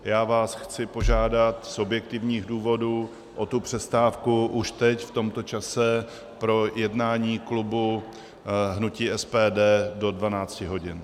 Já vás chci požádat z objektivních důvodů o tu přestávku už teď v tomto čase pro jednání klubu hnutí SPD do 12 hodin.